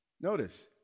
Notice